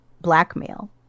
blackmail